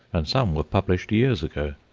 and some were published years ago.